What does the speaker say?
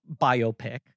biopic